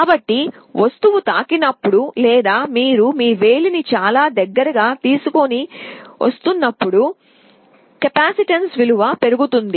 కాబట్టి వస్తువు తాకినప్పుడు లేదా మీరు మీ వేలిని చాలా దగ్గరగా తీసుకువస్తున్నప్పుడు కెపాసిటెన్స్ విలువ పెరుగుతుంది